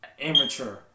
amateur